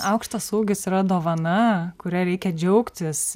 aukštas ūgis yra dovana kuria reikia džiaugtis